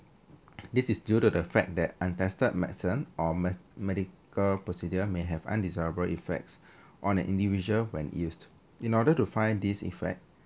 this is due to the fact that untested medicine or me~ medical procedure may have undesirable effects on an individual when used in order to find this effect